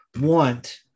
want